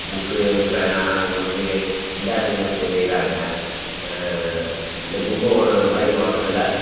book பேனா note இல்லாதவங்களுக்கு செய்யறாங்க இந்த கும்பகோணம் மறை மாவட்டத்தில்